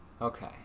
Okay